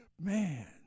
Man